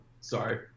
sorry